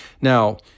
Now